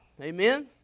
Amen